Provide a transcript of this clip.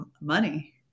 money